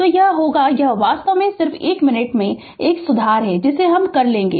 तो वह यह होगा कि यह वास्तव में सिर्फ 1 मिनट का एक सुधार है जिसे हम कर देगे